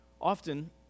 Often